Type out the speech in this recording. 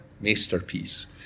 masterpiece